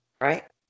right